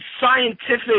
scientific